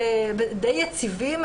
אני חייבת לומר את זה.